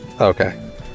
okay